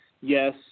yes